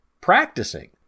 practicing